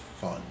fun